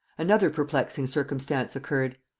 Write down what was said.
another perplexing circumstance occurred.